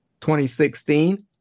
2016